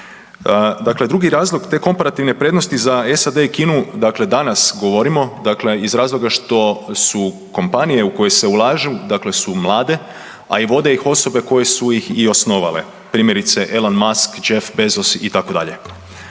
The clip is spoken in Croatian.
dakle drugi razlog te komparativne prednosti za SAD i Kinu, dakle danas govorimo, dakle iz razloga što su kompanije u koje su ulažu su mlade, a i vode ih osobe koje su ih i osnovale. Primjerice, Elon Musk, Jeff Bezos, itd.